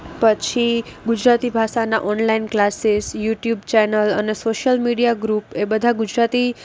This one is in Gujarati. પછી ગુજરાતી ભાષાના ઓનલાઈન ક્લાઇસી યુટ્યુબ ચેનલ અને સોસિયલ મીડિયા ગ્રુપ એ બધા ગુજરાતી ા